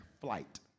flight